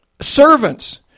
Servants